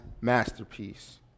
masterpiece